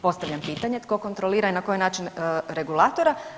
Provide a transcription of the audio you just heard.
Postavljam pitanje, tko kontrolira i na koji način regulatora?